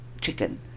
chicken